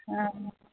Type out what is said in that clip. ஆ